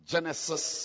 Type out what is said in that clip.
Genesis